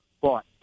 bought